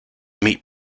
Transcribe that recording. meat